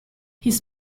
his